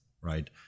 right